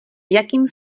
jakým